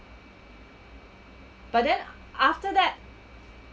but then after that